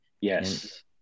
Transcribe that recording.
yes